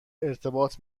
ارتباط